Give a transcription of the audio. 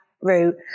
route